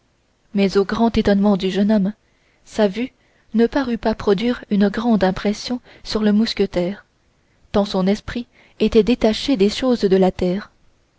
mais au grand étonnement du jeune homme sa vue ne parut pas produire une grande impression sur le mousquetaire tant son esprit était détaché des choses de la terre